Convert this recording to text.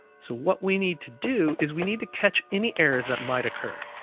so what we need to do is we need to catch any errors that might occur.